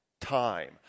time